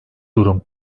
durum